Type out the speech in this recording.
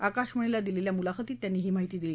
आकाशवाणीला दिलेल्या मुलाखतीत त्यांनी ही माहिती दिली